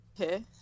Okay